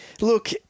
Look